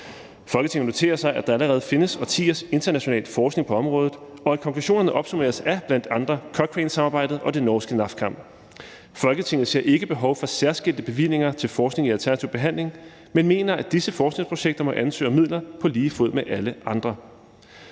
Folketinget noterer sig, at der allerede findes årtiers international forskning på området, og at konklusionerne opsummeres af blandt andre Cochrane-samarbejdet og det norske NAFKAM. Folketinget ser ikke behov for særskilte bevillinger til forskning i alternativ behandling, men mener, at disse forskningsprojekter må ansøge om midler på lige fod med alle andre.